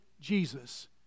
Jesus